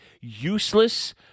useless